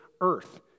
earth